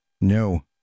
No